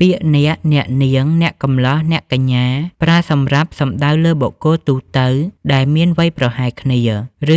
ពាក្យ អ្នក អ្នកនាង អ្នកកំលោះ អ្នកកញ្ញា ប្រើសម្រាប់សំដៅលើបុគ្គលទូទៅដែលមានវ័យប្រហែលគ្នា